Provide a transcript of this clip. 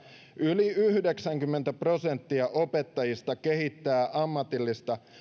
yli yhdeksänkymmentä prosenttia opettajista kehittää ammatillista